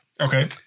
Okay